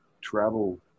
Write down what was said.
travel